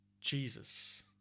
Jesus